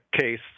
case